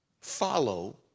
follow